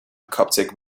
coptic